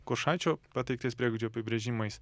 kuršaičio pateiktais priegaidžių apibrėžimais